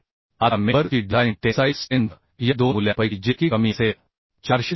आता मेंबर ची design tensile strength या 2 मूल्यांपैकी जितकी कमी असेल 460